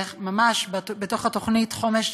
בתוך תוכנית החומש,